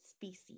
species